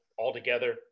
altogether